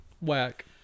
Whack